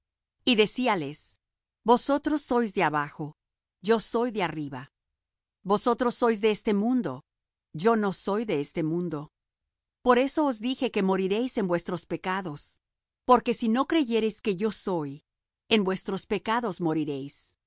y decíales vosotros sois de abajo yo soy de arriba vosotros sois de este mundo yo no soy de este mundo por eso os dije que moriréis en vuestros pecados porque si no creyereis que yo soy en vuestros pecados moriréis